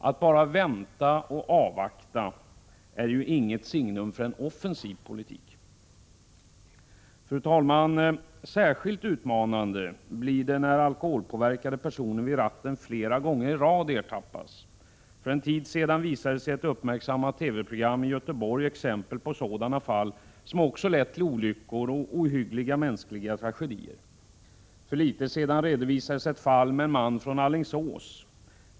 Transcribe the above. Att bara vänta och avvakta är ju inget signum för en offensiv politik. Fru talman! Särskilt utmanande blir det när alkoholpåverkade personer ertappas vid ratten flera gånger i rad. För en tid sedan visades i ett uppmärksammat TV-program i Göteborg exempel på sådana fall som också lett till olyckor och ohyggliga mänskliga tragedier. För litet sedan redovisades ett fall med en man från Alingsås.